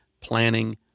planning